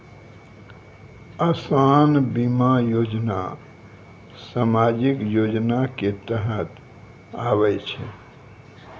असान बीमा योजना समाजिक योजना के तहत आवै छै